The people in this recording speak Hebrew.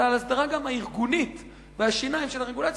אלא גם על ההסדרה הארגונית והשיניים של הרגולציה,